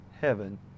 heaven